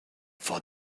for